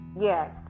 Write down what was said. Yes